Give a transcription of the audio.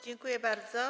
Dziękuję bardzo.